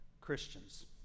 Christians